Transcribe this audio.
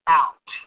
out